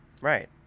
Right